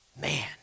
Man